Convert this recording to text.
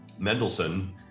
Mendelssohn